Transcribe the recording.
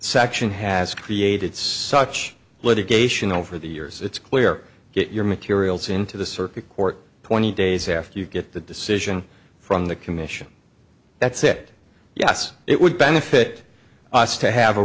section has created such litigation over the years it's clear that your materials into the circuit court twenty days after you get the decision from the commission that said yes it would benefit us to have a